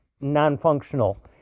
non-functional